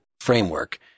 framework